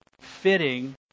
fitting